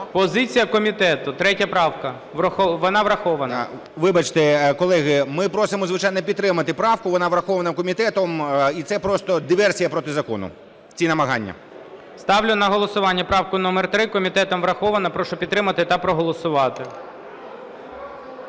позиція комітету. 3 правка, вона врахована. 10:34:47 ПОТУРАЄВ М.Р. Вибачте, колеги, ми просимо, звичайно, підтримати правку, вона врахована комітетом. І це просто диверсія проти закону, ці намагання. ГОЛОВУЮЧИЙ. Ставлю на голосування правку номер 3. Комітетом врахована. Прошу підтримати та проголосувати.